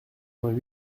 vingt